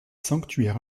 sanctuaires